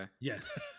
Yes